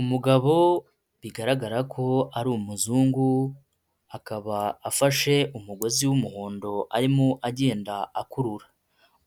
Umugabo bigaragara ko ari umuzungu, akaba afashe umugozi w'umuhondo arimo agenda akurura,